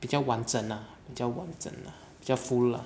比较完整 lah 比较完整 lah 比较 full lah